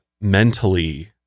mentally